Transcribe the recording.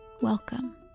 Welcome